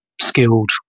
skilled